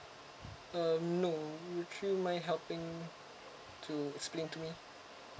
um no would you mind helping to explain to me